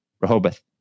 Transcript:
Rehoboth